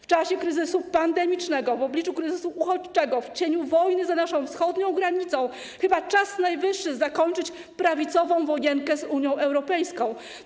W czasie kryzysu pandemicznego, w obliczu kryzysu uchodźczego, w cieniu wojny za naszą wschodnią granicą chyba czas najwyższy zakończyć prawicową wojenkę z Unią Europejską.